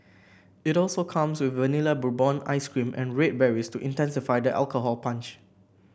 it also comes with Vanilla Bourbon ice cream and red berries to intensify the alcohol punch